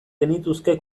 genituzke